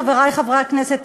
חברי חברי הכנסת,